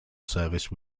service